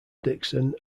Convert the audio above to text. dixon